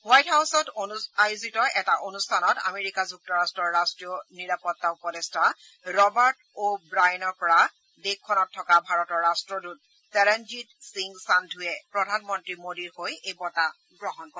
white হাউছত আয়োজিত এটা অনুষ্ঠানত আমেৰিকা যুক্তৰাষ্ট্ৰৰ ৰাষ্ট্ৰীয় নিৰাপত্তা উপদেষ্টা ৰবাৰ্ট অ ব্ৰায়েনৰ পৰা দেশখনত থকা ভাৰতৰ ৰাট্টদূত তৰনজিৎ সিং সান্ধুৱে প্ৰধানমন্ত্ৰী মোদীৰ হৈ এই বঁটা গ্ৰহণ কৰে